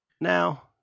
now